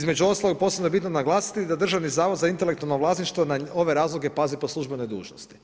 Između ostalog posebno je bitno naglasiti da Državni zavod za intelektualno vlasništvo na ove razloge pazi po službenoj dužnosti.